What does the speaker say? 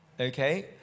okay